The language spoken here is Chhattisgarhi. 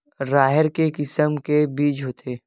राहेर के किसम के बीज होथे?